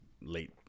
late